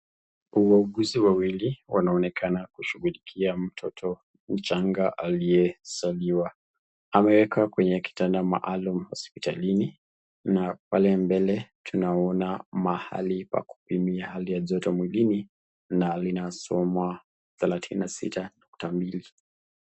Wauguzi wawili wanaonekana kushughulikia mtoto mchanga aliye zaliwa. Ameekwa kwenye kitanda maalumu hospitalini na pale mbele tunaona mahali pa kupimia hali ya joto mwilini na linasoma 36.3.